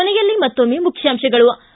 ಕೊನೆಯಲ್ಲಿ ಮತ್ತೊಮ್ಮೆ ಮುಖ್ಯಾಂಶಗಳು